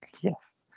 Yes